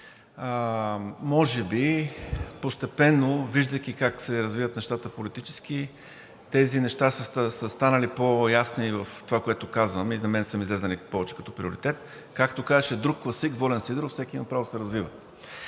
Може би постепенно, виждайки как се развиват политически нещата, тези неща са станали по-ясни в това, което казвам, и на мен са ми излезли повече като приоритет. Както казваше друг класик –Волен Сидеров: „Всеки има право да се развива“,